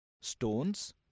stones